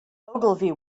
ogilvy